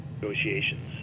negotiations